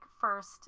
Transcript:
first